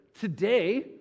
today